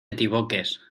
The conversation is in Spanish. equivoques